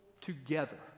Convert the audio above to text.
together